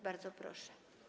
Bardzo proszę.